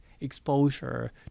exposure